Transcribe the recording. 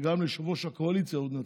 וגם ליושב-ראש הקואליציה עוד נציג.